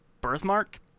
birthmark